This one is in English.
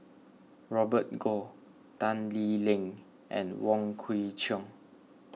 Robert Goh Tan Lee Leng and Wong Kwei Cheong